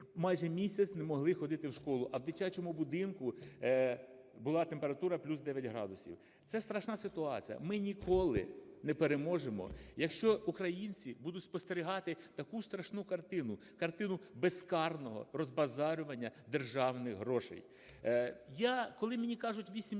майже місяць не могли ходити в школу. А в дитячому будинку була температура плюс 9 градусів. Це страшна ситуація. Ми ніколи не переможемо, якщо українці будуть спостерігати таку страшну картину – картину безкарного розбазарювання державних грошей. Я… коли мені кажуть "8